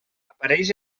apareix